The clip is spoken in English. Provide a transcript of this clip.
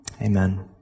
amen